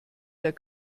der